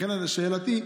לכן שאלתי: